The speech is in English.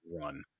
run